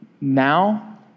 now